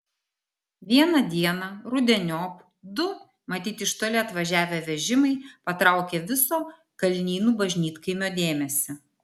vieną dieną rudeniop du matyt iš toli atvažiavę vežimai patraukė viso kalnynų bažnytkaimio dėmesį